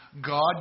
God